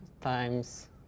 times